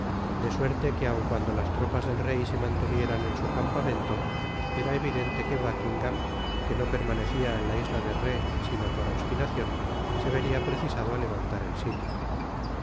de soerte que aun cuando las tropas del rey se mantuvieran en sn campamento era evidente que buckingam que no permanecia en la isla de rhé sino por obstinacion se veria precisado á levantar el sitio